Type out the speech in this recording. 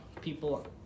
people